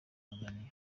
tanzaniya